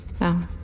no